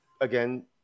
again